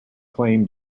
claim